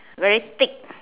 very thick